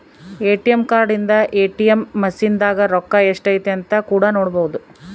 ATM card ಇಂದ ATM machine ದಾಗ ರೊಕ್ಕ ಎಷ್ಟೈತೆ ಅಂತ ಕೂಡ ನೊಡ್ಬೊದು